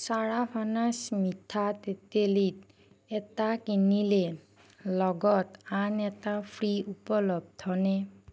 চাৰাভানাছ মিঠা তেতেলী এটা কিনিলে লগত আন এটা ফ্ৰী উপলব্ধনে